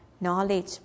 knowledge